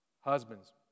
Husbands